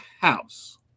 house